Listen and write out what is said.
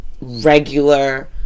regular